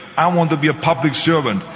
i want to be a public servant.